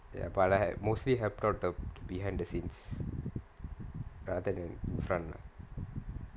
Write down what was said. ya but I like mostly happen on th~ behind the scenes rather than in front lah